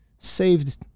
saved